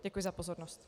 Děkuji za pozornost.